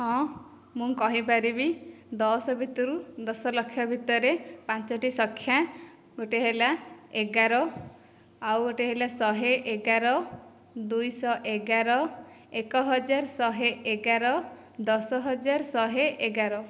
ହଁ ମୁଁ କହିପାରିବି ଦଶ ଭିତରୁ ଦଶ ଲକ୍ଷ ଭିତରେ ପାଞ୍ଚଟି ସଂଖ୍ୟା ଗୋଟେ ଏଗାର ଆଉ ଗୋଟେ ହେଲା ଶହେ ଏଗାର ଦୁଇ ଶହ ଏଗାର ଏକ ହଜାର ଶହେ ଏଗାର ଦଶ ହଜାର ଶହେ ଏଗାର